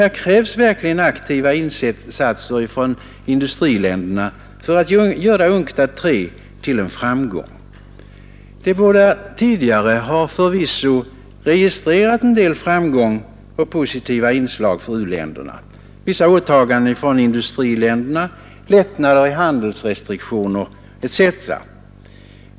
Det krävs verkligen aktiva insatser från industriländerna för att göra UNCTAD III till en framgång. De båda tidigare UNCTAD-konferenserna har förvisso registrerat en del framgångar och positiva inslag för u-länderna — vissa åtaganden från industriländerna, lättnader i handelsrestriktioner etc.